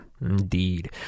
indeed